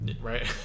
Right